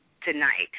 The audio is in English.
tonight